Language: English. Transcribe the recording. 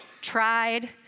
tried